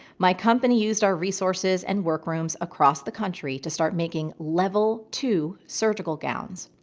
my company used our resources and work rooms across the country to start making level two surgical gowns.